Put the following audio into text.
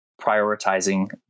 prioritizing